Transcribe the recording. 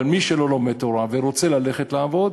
אבל מי שלא לומד תורה ורוצה ללכת לעבוד,